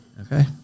Okay